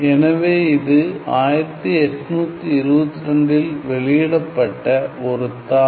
எனவே இது 1822 இல் வெளியிடப்பட்ட ஒரு தாள்